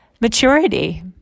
maturity